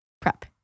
prep